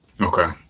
Okay